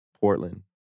Portland